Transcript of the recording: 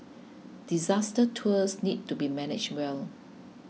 disaster tours need to be managed well